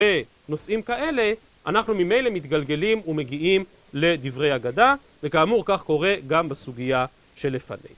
בנושאים כאלה אנחנו ממילא מתגלגלים ומגיעים לדברי הגדה, וכאמור, כך קורה גם בסוגיה שלפנינו.